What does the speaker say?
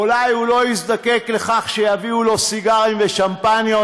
אולי הוא לא יזדקק לכך שיביאו לו סיגרים ושמפניות,